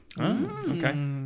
Okay